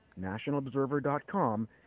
nationalobserver.com